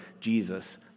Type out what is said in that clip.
Jesus